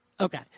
Okay